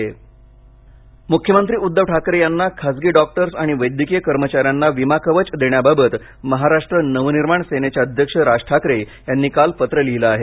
विमा कवच मंबई पश्चिम मुख्यमंत्री उद्दव ठाकरे यांना खासगी डॉक्टर्स आणि वैद्यकीय कर्मचाऱ्यांना विमा कवच देण्याबाबत महाराष्ट्र नवनिर्माण सेनेचे अध्यक्ष राज ठाकरे यांनी काल पत्र लिहिलं आहे